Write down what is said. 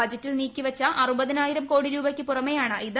ബജറ്റിൽ നീക്കിവച്ച അറുപതിനായിരം കോടി രൂപയ്ക്ക് പുറമെയാണിത്